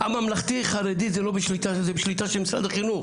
הממלכתי-חרדי זה בשליטה של משרד החינוך.